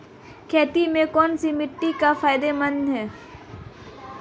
खेती में कौनसी मिट्टी फायदेमंद है?